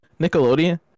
Nickelodeon